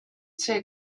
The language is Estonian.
see